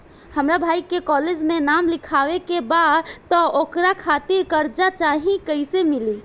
हमरा भाई के कॉलेज मे नाम लिखावे के बा त ओकरा खातिर कर्जा चाही कैसे मिली?